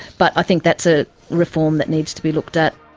but i think that's a reform that needs to be looked at.